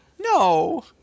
No